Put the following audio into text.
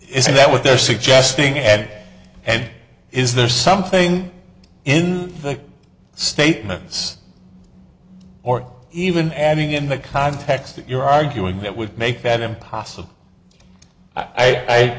isn't that what they're suggesting and and is there something in the statements or even adding in the context that you're arguing that would make that impossible i